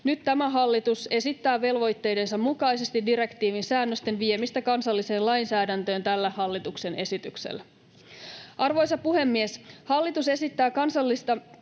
Nyt tämä hallitus esittää velvoitteidensa mukaisesti direktiivin säännösten viemistä kansalliseen lainsäädäntöön tällä hallituksen esityksellä. Arvoisa puhemies! Hallitus esittää kansallista